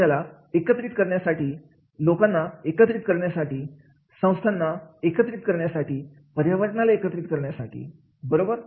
समाजाला एकत्रित करण्यासाठी लोकांना एकत्रित करण्यासाठी संस्थांना एकत्रित करण्यासाठी पर्यावरणाला एकत्रित करण्यासाठी बरोबर